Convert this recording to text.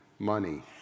money